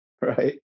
right